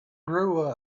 grew